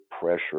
pressure